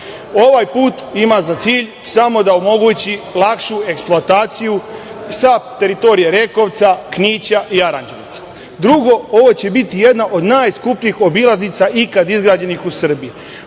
Ovaj put ima za cilj samo da omogući lakšu eksploataciju sa teritorije Rekovca, Knića i Aranđelovca. Drugo, ovo će biti jedna od najskupljih obilaznica ikada izgrađenih u Srbiji.